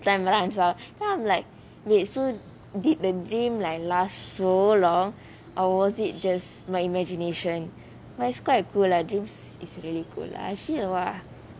time runs out then I'm like wait so did the dream like last so long or was it just my imagination but it's quite cool lah dreams is really cool lah actually